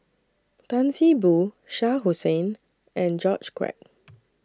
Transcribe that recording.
Tan See Boo Shah Hussain and George Quek